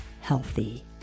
healthy